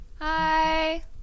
Hi